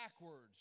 backwards